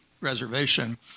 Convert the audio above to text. reservation